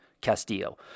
Castillo